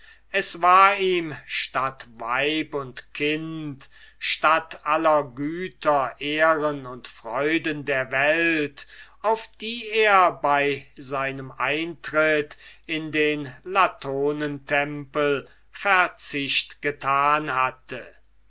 es war ihm statt weib und kind statt aller güter ehren und freuden der welt auf die er bei seinem eintritt in den latonentempel verzicht getan hatte